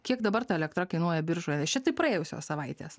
kiek dabar ta elektra kainuoja biržoje šitai praėjusios savaitės